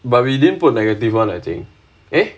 but we didn't put negative one I think eh